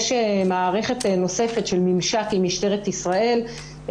יש מערכת נוספת של ממשק עם משטרת ישראל,